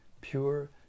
Pure